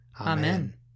Amen